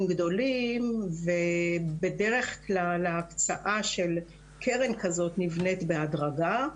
גדולים ובדרך כלל ההקצאה של קרן כזאת נבנית בהדרגה,